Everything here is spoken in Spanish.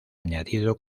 añadido